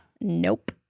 Nope